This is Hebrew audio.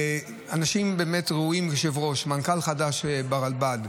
אנשים באמת ראויים: יושב-ראש, מנכ"ל חדש ברלב"ד.